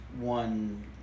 one